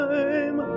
Time